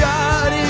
God